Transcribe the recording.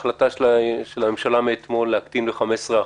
ההחלטה של הממשלה מאתמול להקטין ב-15%,